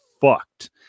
fucked